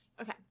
Okay